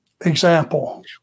Example